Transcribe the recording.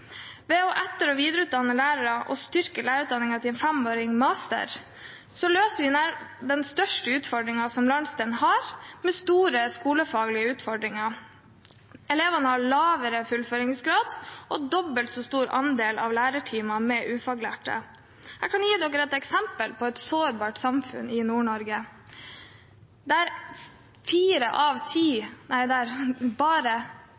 Ved å etter- og videreutdanne lærere og styrke lærerutdanningen til en femårig master løser vi landsdelens store skolefaglige utfordringer. Elevene har lavere fullføringsgrad og dobbelt så stor andel av lærertimer med ufaglærte. Jeg kan gi dere et eksempel på et sårbart samfunn i Nord-Norge. Der fire av ti